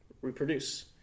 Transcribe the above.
reproduce